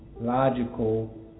logical